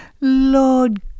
Lord